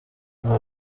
aba